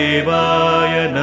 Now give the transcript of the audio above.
Devaya